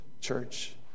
church